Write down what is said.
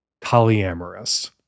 polyamorous